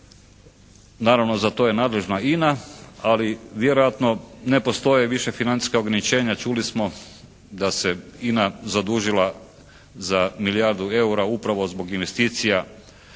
naravno za to je nadležna INA ali vjerojatno ne postoje više financijska ograničenja. Čuli smo da se INA zadužila za milijardu eura upravo zbog investicija